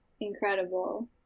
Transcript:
incredible